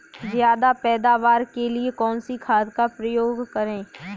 ज्यादा पैदावार के लिए कौन सी खाद का प्रयोग करें?